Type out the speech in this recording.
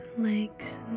legs